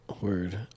word